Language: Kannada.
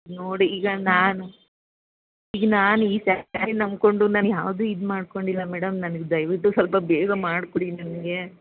ನೋಡಿ ಈಗ ನಾನು ಈಗ ನಾನು ಈ ಸ್ಯಾರಿ ನಂಬಿಕೊಂಡು ನಾನು ಯಾವುದು ಇದು ಮಾಡ್ಕೊಂಡಿಲ್ಲ ಮೇಡಮ್ ನನಗೆ ದಯವಿಟ್ಟು ಸ್ವಲ್ಪ ಬೇಗ ಮಾಡ್ಕೊಡಿ ನನಗೆ